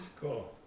cool